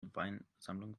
weinsammlung